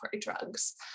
drugs